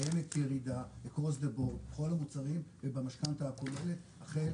קיימת ירידה across the board בכל המוצרים ובמשכנתא הכוללת החל,